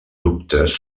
dubtes